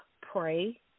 pray